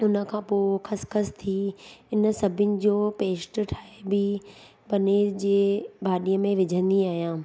उन खां पोइ ख़सख़सि थी इन सभिनि जो पेस्ट ठाहे बि पनीर जी भाॼी में विझंदी आहियां